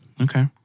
Okay